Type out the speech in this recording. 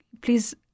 Please